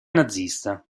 nazista